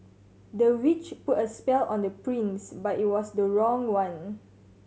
the witch put a spell on the prince but it was the wrong one